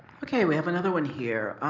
okay, we have another one here.